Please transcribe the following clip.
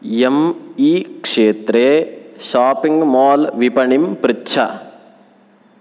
M इ क्षेत्रे shopping mall विपणिं पृच्छ